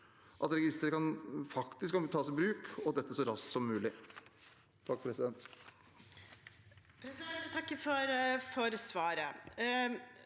at registeret faktisk kan tas i bruk, og dette så raskt som mulig. Kari Elisabeth